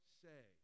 say